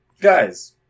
Guys